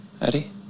Eddie